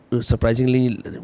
surprisingly